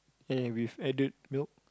and then with added milk